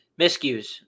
miscues